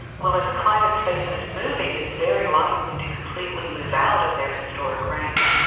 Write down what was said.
well, as climate space is moving, it's very likely to completely move out of their historic range.